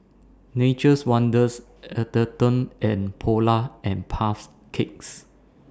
Nature's Wonders Atherton and Polar and Puff Cakes